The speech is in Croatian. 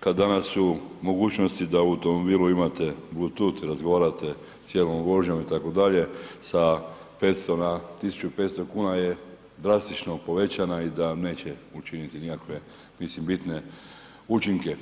kad danas su mogućnosti da u automobilu imate bluetooth razgovarate cijelom vožnjom itd. sa 500 na 1.500 kuna je drastično povećana i da neće učiniti nikakve mislim bitne učinke.